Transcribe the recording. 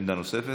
עמדה נוספת.